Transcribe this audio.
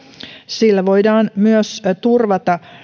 sillä voidaan myös turvata